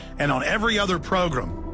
and on every other program,